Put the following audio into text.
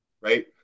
right